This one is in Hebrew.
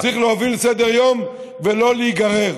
צריך להוביל סדר-יום ולא להיגרר.